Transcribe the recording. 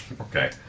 Okay